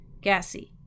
gassy